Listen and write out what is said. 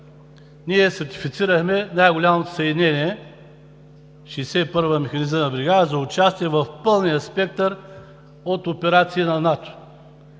г., сертифицирахме най-голямото съединение – 61-ва Механизирана бригада, за участие в пълния спектър от операции на НАТО